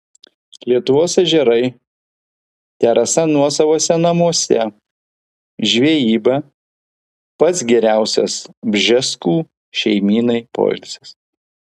lietuvos ežerai terasa nuosavuose namuose žvejyba pats geriausias bžeskų šeimynai poilsis